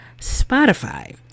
Spotify